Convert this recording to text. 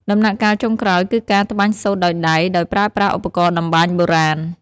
ដំណាក់កាលចុងក្រោយគឺការត្បាញសូត្រដោយដៃ ដោយប្រើប្រាស់ឧបករណ៍តម្បាញបុរាណ។